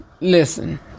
Listen